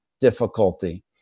difficulty